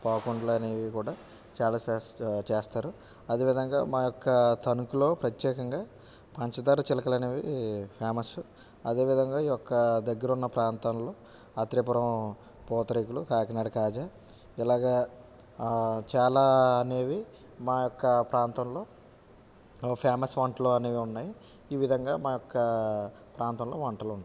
పాకుండలు అనేవి కూడా చాలా సేస్ చేస్తారు ఆదే విధంగా మా యొక్క తణుకులో ప్రత్యేకంగా పంచదార చిలకలు అనేవి ఫేమస్సు అదే విధంగా ఈ యొక్క దగ్గరున్న ప్రాంతంలో ఆత్రేయపురం పూతరేకులు కాకినాడ కాజా ఇలాగా చాలా అనేవి మా యొక్క ప్రాంతంలో ఫేమస్ వంటలు అనేవి ఉన్నాయి ఈ విధంగా మా యొక్క ప్రాంతంలో వంటలు ఉంటాయి